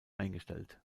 eingestellt